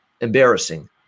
embarrassing